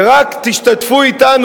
ורק תשתתפו אתנו,